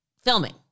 filming